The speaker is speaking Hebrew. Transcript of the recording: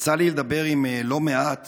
יצא לי לדבר עם לא מעט